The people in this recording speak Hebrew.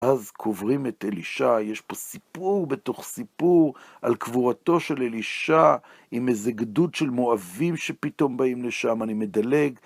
אז קוברים את אלישע, יש פה סיפור בתוך סיפור על קבורתו של אלישע עם איזה גדוד של מואבים שפתאום באים לשם, אני מדלג.